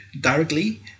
directly